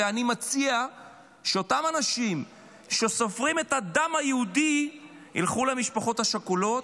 ואני מציע שאותם אנשים שסופרים את הדם היהודי יילכו למשפחות השכולות,